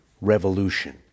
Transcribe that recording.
revolution